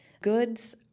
goods